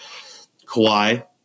Kawhi